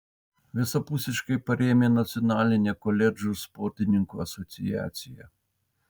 visapusiškai parėmė nacionalinė koledžų sportininkų asociacija